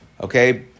okay